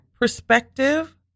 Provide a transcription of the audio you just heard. perspective